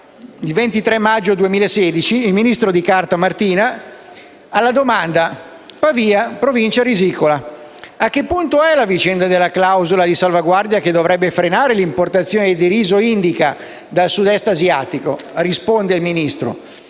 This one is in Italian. il 23 maggio 2016, il «ministro di carta» Martina, alla domanda: «Pavia, provincia risicola. A che punto è la vicenda della clausola di salvaguardia che dovrebbe frenare l'importazione di riso indica dal Sud-Est asiatico?», risponde: «Abbiamo